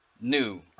new